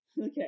Okay